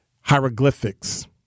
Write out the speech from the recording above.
hieroglyphics